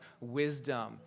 wisdom